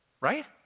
right